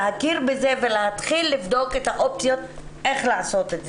להכיר בזה ולהתחיל לבדוק את האופציות איך לעשות את זה.